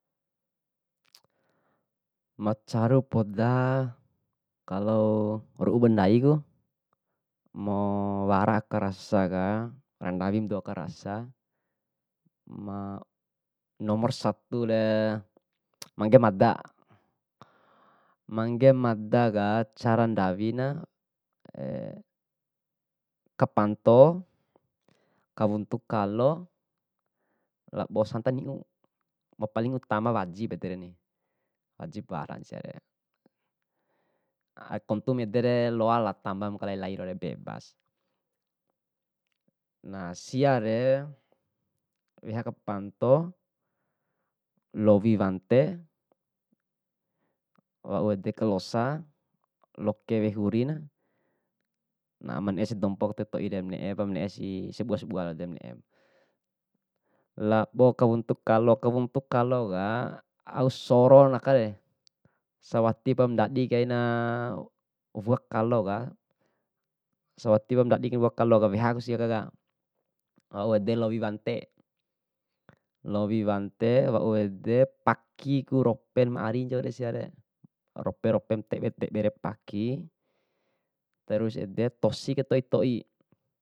macaru poda kalo, ru'u bandaiku, wara aka rasaka randawib dou aka rasa nomor sature mangge mada. Mangge mada ka cara ndawina, kapanto, kawuntu kalo labo santan ni'u, mapaling utama wajib edereni, wajib waramu siare. Kontu ma edere loala tamba makalai lai ma penti bebas. Na, siare peha kapanto, lowi wante, wau ede kalosa loke wea hurina, na mane'esi dompo katoi toire mane'epa mane'esi sabua sabua raude mane'e. Labo kahuntu kalo, kahunto kalo ka au sorona akare sawatipa ndadi kaina wua kaloka, sawatipu ndadina wua kaloka wehapu siaka, wau ede lowi wante, lowi wante wau ede paki ku ropen ma ari ncaure siare, rope rope matebe tebere paki, terus ede tosi katoi toi.